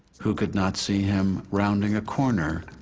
who could not see him rounding a corner,